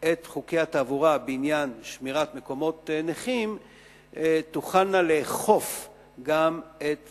את חוקי התעבורה בעניין שמירת מקומות לנכים תוכלנה לאכוף גם את